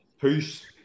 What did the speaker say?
Peace